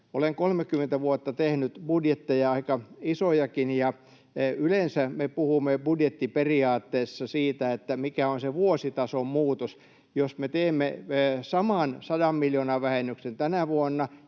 Olen 30 vuotta tehnyt budjetteja, aika isojakin, ja yleensä me puhumme budjettiperiaatteessa siitä, mikä on se vuositason muutos. Jos me teemme saman 100 miljoonan vähennyksen tänä vuonna